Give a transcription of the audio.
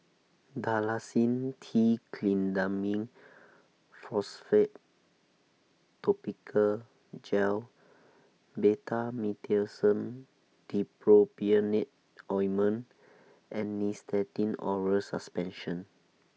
Dalacin T Clindamycin Phosphate Topical Gel Betamethasone Dipropionate Ointment and Nystatin Oral Suspension